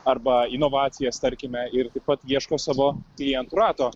arba inovacijas tarkime ir taip pat ieško savo klientų rato